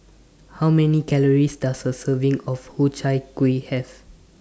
How Many Calories Does A Serving of Ku Chai Kuih Have